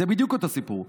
זה בדיוק אותו סיפור.